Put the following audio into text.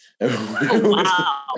Wow